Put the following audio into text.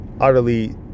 utterly